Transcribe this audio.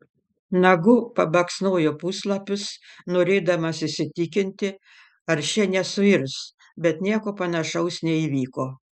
nagu pabaksnojo puslapius norėdamas įsitikinti ar šie nesuirs bet nieko panašaus neįvyko